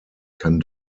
kann